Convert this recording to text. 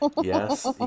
yes